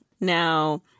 Now